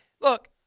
look